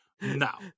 Now